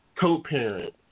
co-parent